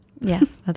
Yes